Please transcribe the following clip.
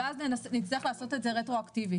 ואז נצטרך לעשות את זה רטרואקטיבית.